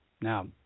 Now